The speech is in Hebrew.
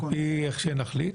על פי איך שנחליט,